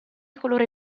colore